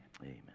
amen